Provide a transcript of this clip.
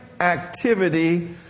activity